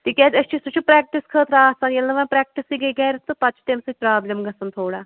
تِکیٛازِ أسۍ چھِ سُہ چھُ پرٛیٚکٹِس خٲطرٕ آسان ییٚلہِ نہٕ وۅنۍ پرٛیکٹِسٕے گٔے گرِ تہٕ پَتہٕ چھِ تَمہِ سۭتۍ پرٛابلِم گژھان تھوڑا